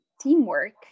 teamwork